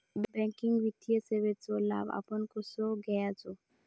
Banking वित्तीय सेवाचो लाभ आपण कसो घेयाचो?